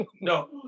no